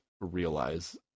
realize